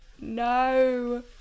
No